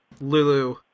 Lulu